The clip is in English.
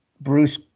Bruce